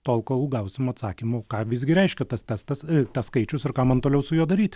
tol kol gausim atsakymų ką visgi reiškia tas testas tas skaičius ir ką man toliau su juo daryti